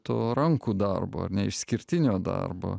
to rankų darbo ar ne išskirtinio darbo